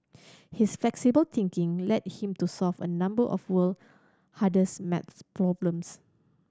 his flexible thinking led him to solve a number of world hardest maths problems